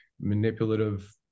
manipulative